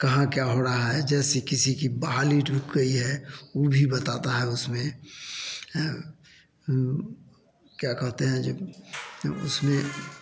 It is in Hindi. कहाँ क्या हो रहा है जैसे किसी की बहाली डूब गई है वो भी बताता है उसमें क्या कहते हैं जो उसमें